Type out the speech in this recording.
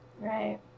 right